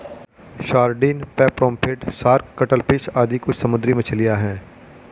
sardine, pomfret, shark, cuttlefish आदि कुछ समुद्री मछलियाँ हैं